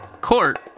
court